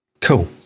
cool